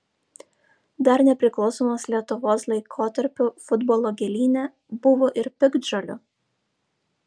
dar nepriklausomos lietuvos laikotarpiu futbolo gėlyne buvo ir piktžolių